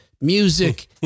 music